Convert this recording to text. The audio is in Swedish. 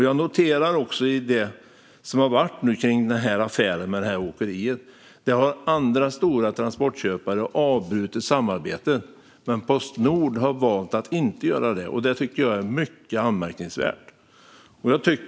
Jag noterar att när det gäller affären med det här åkeriet har andra stora transportköpare avbrutit samarbetet, men Postnord har valt att inte göra det. Det tycker jag är mycket anmärkningsvärt.